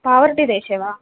पावर्टिदेशे वा